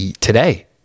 today